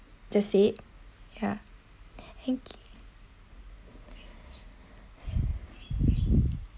just said ya thank you